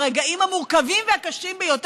ברגעים המורכבים והקשים ביותר,